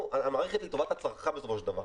המערכת היא לטובת הצרכן בסופו של דבר,